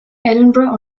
edinburgh